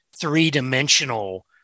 three-dimensional